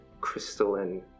crystalline